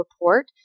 report